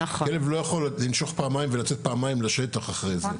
כלב לא יכול לנשוך פעמיים ולצאת פעמיים לשטח אחרי זה,